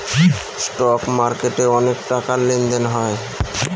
stock মার্কেটে অনেক টাকার লেনদেন হয়